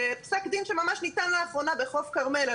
שפסק דין שניתן ממש לאחרונה בחוף כרמל,